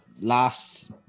last